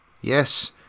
yes